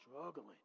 struggling